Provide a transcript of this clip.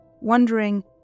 wondering